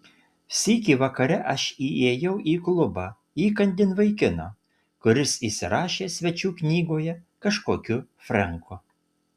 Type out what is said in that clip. sykį vakare aš įėjau į klubą įkandin vaikino kuris įsirašė svečių knygoje kažkokiu frenku